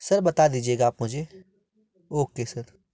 sir बता दीजिएगा आप मुझे ओके सर